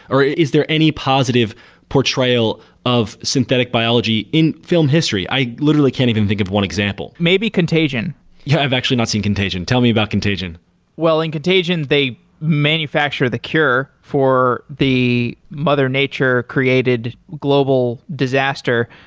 or is there any positive portrayal of synthetic biology in film history? i literally can't even think of one example maybe contagion yeah, i've actually not seen contagion. tell me about contagion well in contagion they manufacture the cure for the mother nature created global disaster,